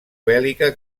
bèl·lica